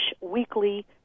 weekly